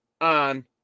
on